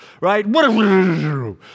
right